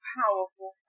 powerful